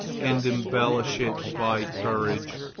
and embellish it by courage,